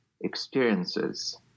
experiences